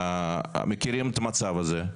שמכירים את המצב הזה,